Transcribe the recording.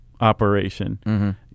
operation